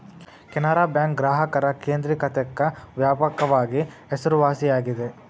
Canara bank ಗ್ರಾಹಕರ ಕೇಂದ್ರಿಕತೆಕ್ಕ ವ್ಯಾಪಕವಾಗಿ ಹೆಸರುವಾಸಿಯಾಗೆದ